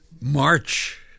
march